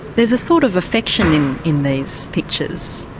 there's a sort of affection in these pictures.